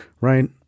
right